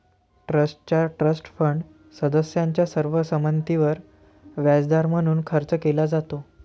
ट्रस्टचा trust fund सदस्यांच्या सर्व संमतीवर व्याजदर म्हणून खर्च केला जातो